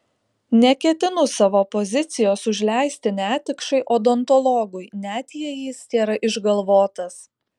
neketinu savo pozicijos užleisti netikšai odontologui net jei jis tėra išgalvotas